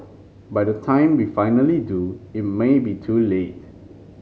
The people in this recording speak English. by the time we finally do it may be too late